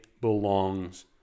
belongs